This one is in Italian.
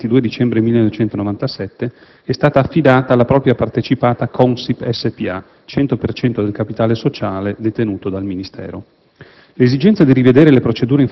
tale competenza, con decreto del 22 dicembre 1997, è stata affidata alla propria partecipata Consip S.p.a (il 100 per cento del capitale sociale della quale è detenuto dal Ministero).